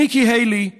ניקי היילי,